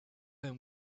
him